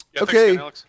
Okay